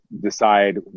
decide